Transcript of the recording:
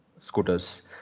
scooters